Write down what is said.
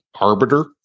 arbiter